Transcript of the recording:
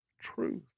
truth